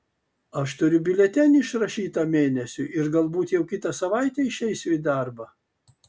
aš turiu biuletenį išrašytą mėnesiui ir galbūt jau kitą savaitę išeisiu į darbą